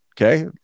Okay